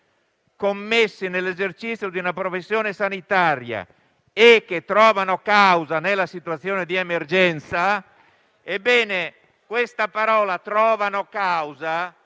commessi nell'esercizio di una professione sanitaria e che trovano causa nella situazione di emergenza, a mio parere l'espressione «trovano causa»